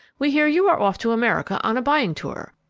we hear you are off to america on a buying tour.